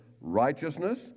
righteousness